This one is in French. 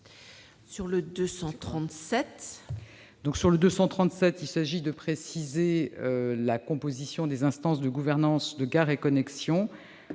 n° 237, il s'agit de préciser la composition des instances de gouvernance de Gares & Connexions.